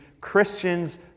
Christians